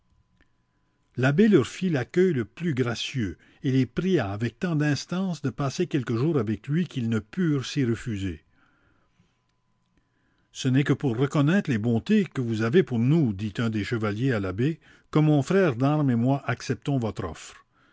leur fit l'accueil le plus gracieux et les pria avec tant d'instances de passer quelques jours avec lui qu'ils ne purent s'y refuser ce n'est que pour reconnaître les bontés que vous avez pour nous dit un des chevaliers à l'abbé que mon frère d'arme et moi acceptons votre offre